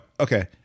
okay